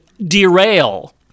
derail